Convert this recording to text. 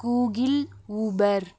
Google Uber